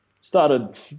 started